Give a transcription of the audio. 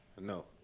No